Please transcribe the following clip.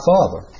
Father